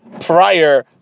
prior